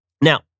Now